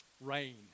Rain